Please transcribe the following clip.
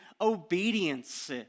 obedience